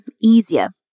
easier